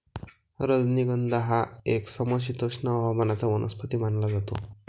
राजनिगंध हा एक समशीतोष्ण हवामानाचा वनस्पती मानला जातो